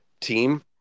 team